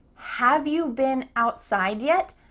have you been outside yet?